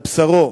על בשרו,